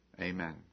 Amen